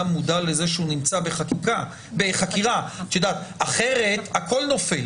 מודע לזה שהוא נמצא בחקירה כי אחרת הכול נופל,